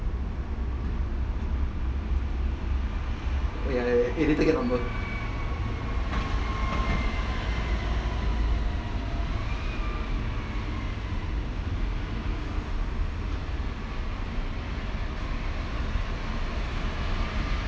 eh ya ya eh later take number